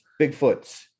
Bigfoots